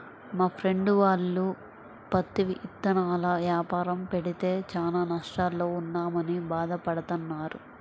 మా ఫ్రెండు వాళ్ళు పత్తి ఇత్తనాల యాపారం పెడితే చానా నష్టాల్లో ఉన్నామని భాధ పడతన్నారు